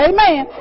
Amen